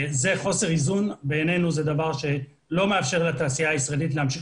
בעינינו זה חוסר איזון וזה דבר שלא מאפשר לתעשייה הישראלית להמשיך